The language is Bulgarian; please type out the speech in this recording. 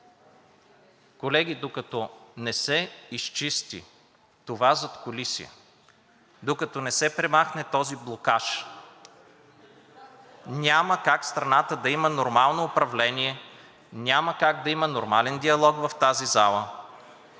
Колеги, докато не се изчисти това задкулисие, докато не се премахне този блокаж, няма как страната да има нормално управление, няма как да има нормален диалог в тази зала